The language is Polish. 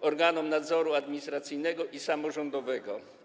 organom nadzoru administracyjnego i samorządowego.